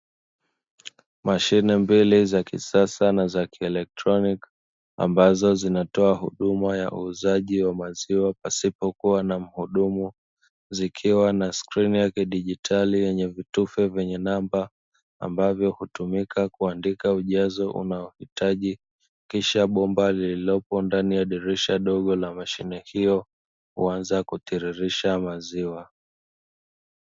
Mashine mbili za kisasa za kielektroniki ambazo zinatoa huduma ya uuzaji wamaziwa pasipo kuwa na mhudumu, zikiwa na skrini ya kidijitali vyenye namba ambayo hutumika kuandika ujazo unaohitaji, kisha bomba lililopo ndani ya dirisha dogo la mashine hiyo kuanza kutiririsha maziwa.